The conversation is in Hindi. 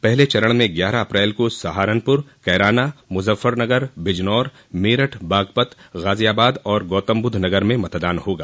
पहले चरण में ग्यारह अप्रैल को सहारनपुर कैराना मुजफ्फरनगर बिजनौर मेरठ बागपत गाजियाबाद और गौतमबुद्धनगर में मेतदान होगा